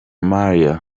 mahia